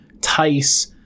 tice